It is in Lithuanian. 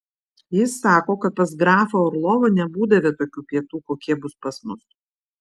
jis sako kad pas grafą orlovą nebūdavę tokių pietų kokie bus pas mus